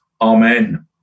Amen